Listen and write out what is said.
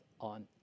on